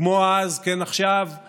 כמו אז כן עכשיו,